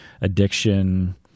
addiction